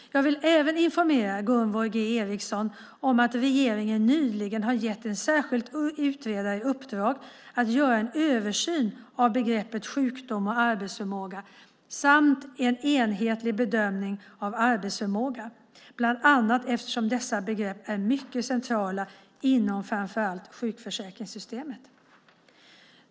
Jag vill även informera Gunvor G Ericson om att regeringen nyligen har gett en särskild utredare i uppdrag att göra en översyn av begreppen sjukdom och arbetsförmåga samt en enhetlig bedömning av arbetsförmåga, bland annat eftersom dessa begrepp är mycket centrala inom framför allt sjukförsäkringssystemet.